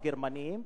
הגרמנים,